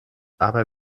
aber